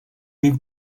нэг